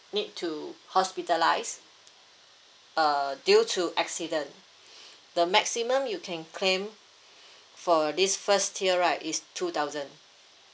need to hospitalise err due to accident the maximum you can claim for this first tier right is two thousand